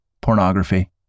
pornography